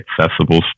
accessible